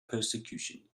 persecution